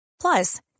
Plus